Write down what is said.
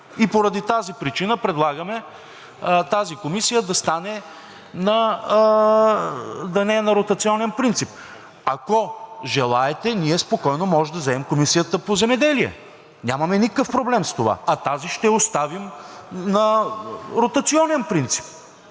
и поради тази причина предлагаме тази комисия да не е на ротационен принцип. Ако желаете, ние спокойно можем да вземем Комисията по земеделие – нямаме никакъв проблем с това, а тази ще оставим на ротационен принцип.